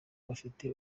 bafite